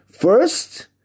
First